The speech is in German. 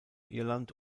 irland